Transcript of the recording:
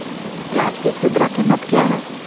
प्याज के खुदरा कीमत क्या है?